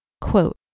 Quote